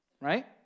Right